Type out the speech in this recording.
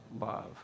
love